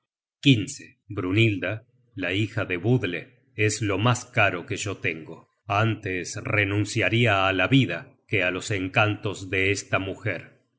amigo brynhilda la hija de budle es lo mas caro que yo tengo antes renunciaria á la vida que á los encantos de esta mujer